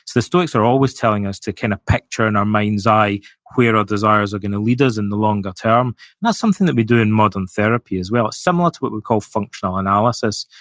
the stoics are always telling us to kind of picture in our mind's eye where our desires are going to lead us in the longer term, and that's something that we do in modern therapy as well, similar to what we call functional analysis.